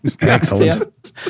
Excellent